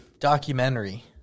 Documentary